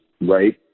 right